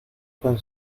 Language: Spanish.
con